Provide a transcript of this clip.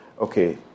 Okay